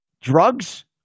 drugs